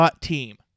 Team